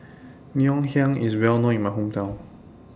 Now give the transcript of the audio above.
Ngoh Hiang IS Well known in My Hometown